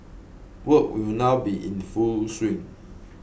works will now be in full swing